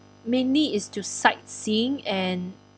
mainly is to sightseeing and